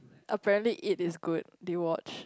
apparently it is good did you watch